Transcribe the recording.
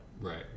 Right